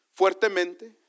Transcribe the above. Fuertemente